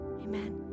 amen